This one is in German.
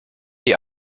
die